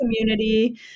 community